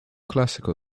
classical